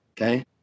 Okay